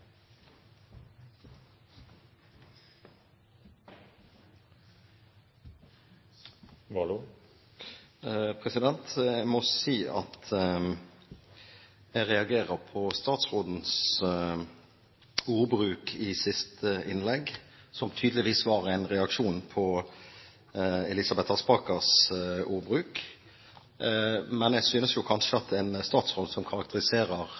Jeg må si at jeg reagerer på statsrådens ordbruk i siste innlegg, som tydeligvis var en reaksjon på Elisabeth Aspakers ordbruk. Men jeg synes jo kanskje at en statsråd som karakteriserer